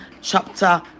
chapter